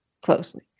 closely